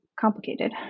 complicated